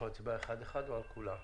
אנחנו נצביע אחד-אחד או על כולם?